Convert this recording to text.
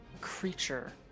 creature